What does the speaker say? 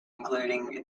including